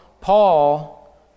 Paul